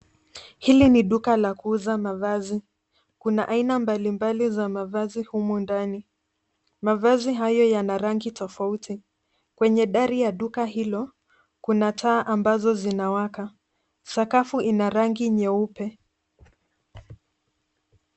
Hili ni duka la kuuza mavazi. Kuna aina mbalimbali za mavazi humu ndani. Mavazi hayo yana rangi tofauti. Kwenye dari ya duka hilo, kuna taa ambazo zinawaka. Sakafu ina rangi nyeupe.